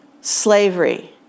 slavery